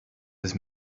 ist